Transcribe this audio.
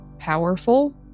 powerful